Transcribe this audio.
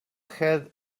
had